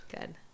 Good